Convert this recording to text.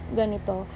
ganito